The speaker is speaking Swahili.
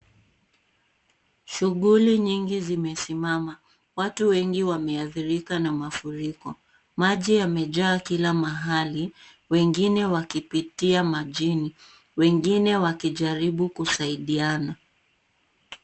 Shughuli nyingi zimesimama. Watu wengi wameathirika na mafuriko. Maji yamejaa kila mahali, wengine wakipitia majini, wengine wakijaribu kusaidiana.